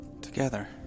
Together